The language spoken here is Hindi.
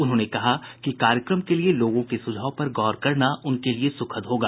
उन्होंने कहा कि कार्यक्रम के लिए लोगों के सुझाव पर गौर करना उनके लिए सुखद होगा